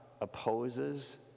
opposes